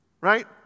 Right